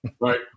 right